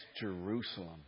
Jerusalem